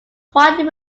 widely